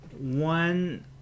One